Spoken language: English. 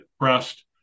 pressed